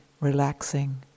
relaxing